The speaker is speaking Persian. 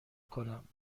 کنم